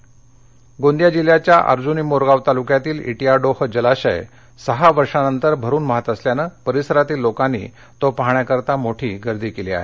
डोह गोंदिया गोंदिया जिल्ह्याच्या अर्जुनी मोरगाव तालुक्यातील इटीयाडोह जलाशय तब्बल सहा वर्षानंतर भरुन वाहात असल्याने परिसरातील लोकांनी जलाशय पाहण्याकरिता मोठी गर्दी केली आहे